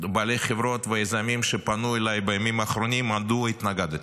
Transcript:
בעלי חברות ויזמים שפנו אליי בימים האחרונים מדוע התנגדתי.